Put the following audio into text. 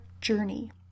journey